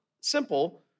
simple